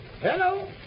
Hello